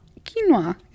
Quinoa